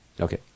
Okay